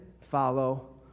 follow